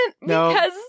No